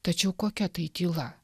tačiau kokia tai tyla